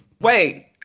Wait